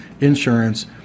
insurance